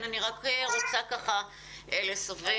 אני רוצה לסבר